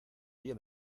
oye